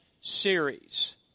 Series